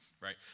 right